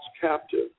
captive